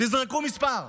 תזרקו מספר.